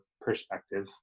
perspective